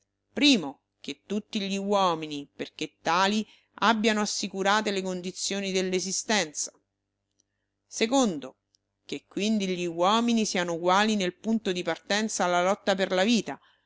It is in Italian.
pero che tutti gli uomini perché tali abbiano assicurate le condizioni dell esistenza che quindi gli uomini siano uguali nel punto di partenza alla lotta per la vita